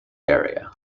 area